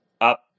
up